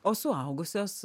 o suaugusios